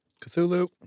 Cthulhu